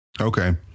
okay